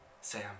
Sam